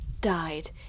died